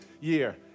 year